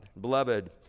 Beloved